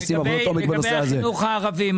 לגבי החינוך הערבי.